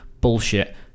bullshit